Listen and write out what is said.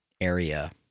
area